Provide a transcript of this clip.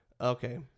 Okay